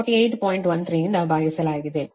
13 ರಿಂದ ಭಾಗಿಸಲಾಗಿದೆ